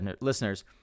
listeners